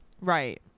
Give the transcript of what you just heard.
right